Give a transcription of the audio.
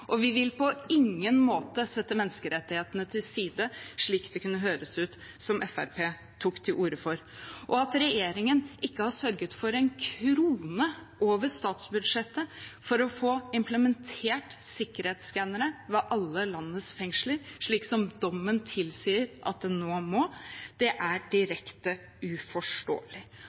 og domstolenes avgjørelser, og vi vil på ingen måte sette menneskerettighetene til side, slik det kunne høres ut som om Fremskrittspartiet tok til orde for. At regjeringen ikke har sørget for én krone over statsbudsjettet for å få implementert sikkerhetsskannere ved alle landets fengsler, slik som dommen tilsier at en nå må, er direkte uforståelig.